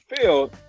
field